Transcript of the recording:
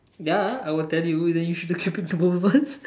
ya I will tell you and then you should have keep it to both of us